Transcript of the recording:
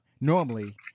normally